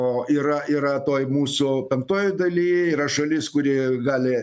o yra yra toj mūsų penktojoj daly yra šalis kuri gali